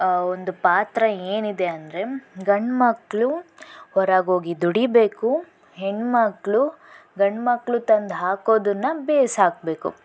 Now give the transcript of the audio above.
ಒಂದು ಪಾತ್ರ ಏನಿದೆ ಅಂದರೆ ಗಂಡು ಮಕ್ಕಳು ಹೊರಗೋಗಿ ದುಡಿಬೇಕು ಹೆಣ್ಣು ಮಕ್ಕಳು ಗಂಡು ಮಕ್ಕಳು ತಂದು ಹಾಕೋದನ್ನು ಬೇಯ್ಸಾಕ್ಬೇಕು